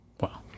Wow